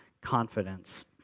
confidence